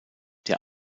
der